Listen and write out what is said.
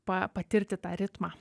pa patirti tą ritmą